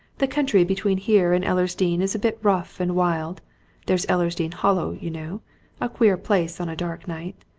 the country between here and ellersdeane is a bit rough and wild there's ellersdeane hollow, you know a queer place on a dark night.